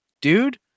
dude